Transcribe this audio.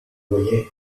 voyez